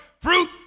fruit